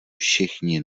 všichni